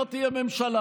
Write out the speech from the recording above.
לא תהיה ממשלה.